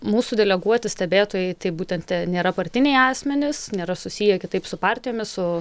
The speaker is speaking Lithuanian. mūsų deleguoti stebėtojai tai būtent nėra partiniai asmenys nėra susiję kitaip su partijomis su